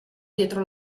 dietro